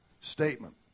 statement